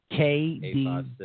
KD